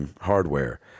hardware